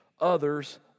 others